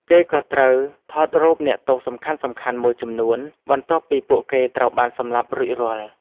គេក៏ត្រូវថតរូបអ្នកទោសសំខាន់ៗមួយចំនួន បន្ទាប់ពីពួកគេត្រូវបានសម្លាប់រួចរាល់។